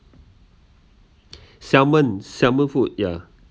salmon salmon food ya